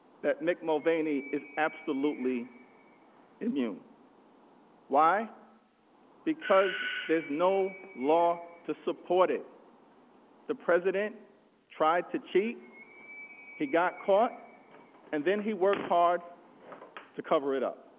that nicole beatty is absolutely immune why because there's no law to support it the president tried to cheat he got caught and then he works hard to cover ah